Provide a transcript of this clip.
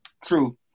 true